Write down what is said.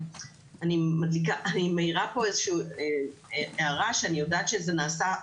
אני מאירה פה איזה שהיא הערה שאני יודעת שזה נעשה.